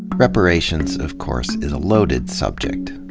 reparations, of course, is a loaded subject,